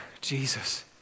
Jesus